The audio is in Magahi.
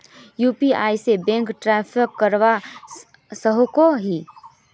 यु.पी.आई से बैंक ट्रांसफर करवा सकोहो ही?